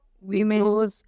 women